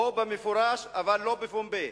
או במפורש אבל לא בפומבי,